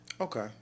Okay